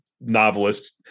novelist